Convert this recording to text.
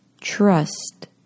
trust